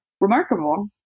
remarkable